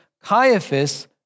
Caiaphas